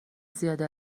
زیاده